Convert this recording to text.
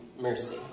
mercy